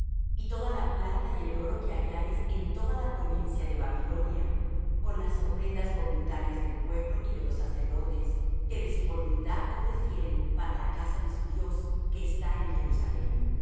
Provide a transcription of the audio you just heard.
y toda la plata y el oro que hallares en toda la provincia de babilonia con las ofrendas voluntarias del pueblo y de los sacerdotes que de su voluntad ofrecieren para la casa de su dios que está en jerusalem